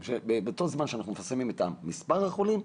באותו זמן שאנחנו מפרסמים את מספר החולים,